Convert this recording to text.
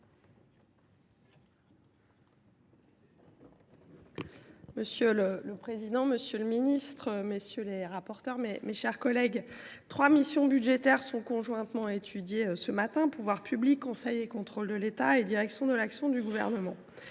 Monsieur le président, monsieur le ministre, mes chers collègues, trois missions budgétaires sont conjointement étudiées ce matin :« Pouvoirs publics »,« Conseil et contrôle de l’État » et « Direction de l’action du Gouvernement